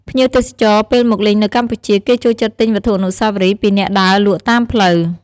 ភ្ញៀវទេសចរណ៍ពេលមកលេងនៅកម្ពុជា គេចូលចិត្តទិញវត្ថុអនុស្សាវរីយ៍ពីអ្នកដើរលក់តាមផ្លូវ។